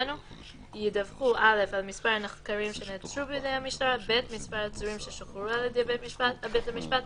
(3)נוסף על האמור בסעיף 240(ד) לחוק השיפוט הצבאי,